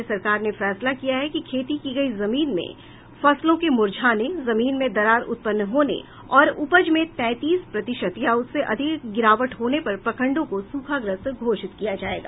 राज्य सरकार ने फैसला किया है कि खेती की गयी जमीन में फसलों के मुर्झाने जमीन में दरार उत्पन्न होने और उपज में तैंतीस प्रतिशत या उससे अधिक गिरावट होने पर प्रखंडों को सूखाग्रस्त घोषित किया जायेगा